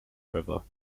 river